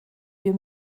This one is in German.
wir